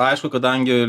aišku kadangi